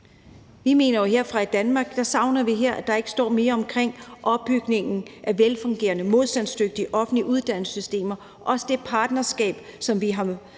Vi mener jo, at vi her fra Danmark savner noget, nemlig at der står mere om opbygningen af velfungerende, modstandsdygtige offentlige uddannelsessystemer og også om det partnerskab, som vi har